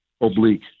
oblique